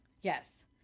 Yes